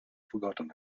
forgotten